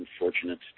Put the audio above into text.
unfortunate